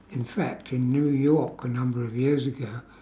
in fact in new york a number of years ago